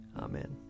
Amen